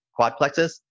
Quadplexes